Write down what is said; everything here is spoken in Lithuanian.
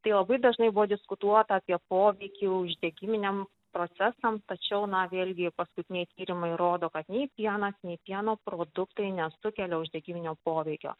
tai labai dažnai buvo diskutuota apie poveikį uždegiminiam procesam tačiau na vėlgi paskutiniai tyrimai rodo kad nei pienas nei pieno produktai nesukelia uždegiminio poveikio